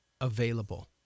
available